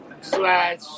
slash